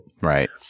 Right